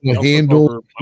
handle